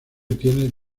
tiene